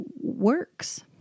works